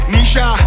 Nisha